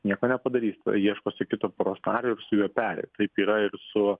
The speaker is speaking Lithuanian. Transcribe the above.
nieko nepadarys tada ieškosi kito poros nario ir su juo peri taip yra ir su